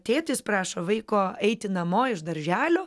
tėtis prašo vaiko eiti namo iš darželio